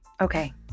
Okay